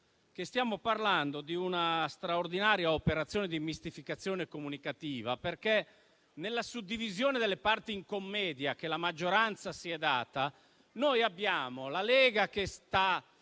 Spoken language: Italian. stiamo parlando di una straordinaria operazione di mistificazione comunicativa, perché, nella suddivisione delle parti in commedia che la maggioranza si è data, la Lega si